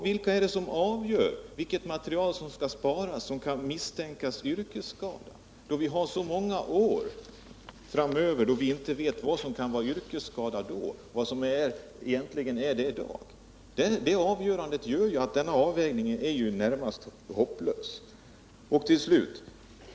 Vilka är det som skall avgöra vilket material som skall sparas där man kan misstänka yrkesskada? Vi vet ju inte vad som kan vara yrkesskada i framtiden eller vad som egentligen är det i dag. Det avgörandet medför att denna avvägning är i det närmaste hopplös.